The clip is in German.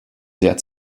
sehr